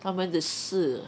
他们的事 eh